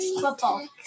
football